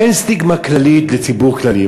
אין סטיגמה כללית לציבור כללי.